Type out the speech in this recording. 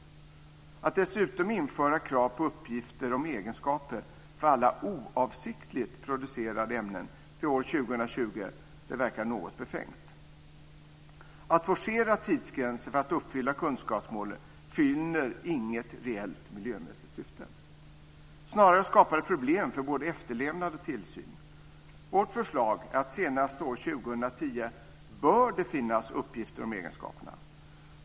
Att dessutom införa krav på uppgifter om egenskaper för alla oavsiktligt producerade ämnen till år 2020 verkar något befängt. Att forcera tidsgränser för att uppfylla kunskapsmålet fyller inget reellt miljömässigt syfte. Snarare skapar det problem för både efterlevnad och tillsyn. Vårt förslag är att senast år 2010 bör det finnas uppgifter om egenskaperna.